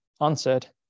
answered